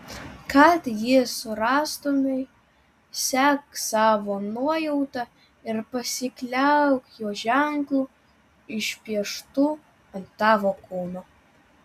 kad jį surastumei sek savo nuojauta ir pasikliauk jo ženklu išpieštu ant tavo kūno